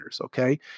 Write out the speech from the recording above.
Okay